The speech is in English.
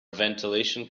ventilation